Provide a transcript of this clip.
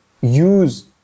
use